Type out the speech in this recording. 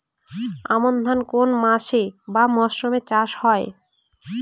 আমন ধান কোন মাসে বা মরশুমে চাষ হয়?